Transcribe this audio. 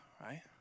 right